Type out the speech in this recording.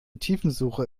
tiefensuche